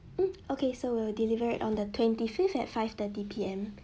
hmm okay so we'll deliver it on the twenty fifth at five thirty P_M